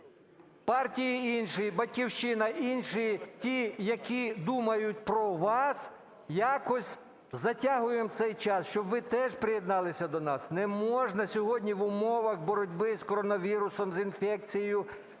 партії інші, і "Батьківщина" і інші, ті, які думають про вас, якось затягуємо цей час, щоб ви теж приєдналися до нас. Не можна сьогодні в умовах боротьби з коронавірусом, з інфекцією,